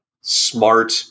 smart